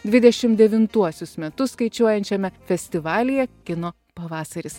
dvidešimt devintuosius metus skaičiuojančiame festivalyje kino pavasaris